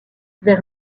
vers